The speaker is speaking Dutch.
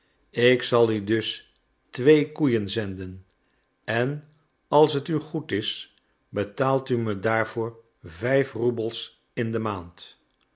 ik zal u dus twee koeien zenden en als het u goed is betaalt u me daarvoor vijf roebels in de maand